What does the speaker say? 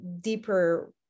deeper